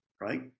right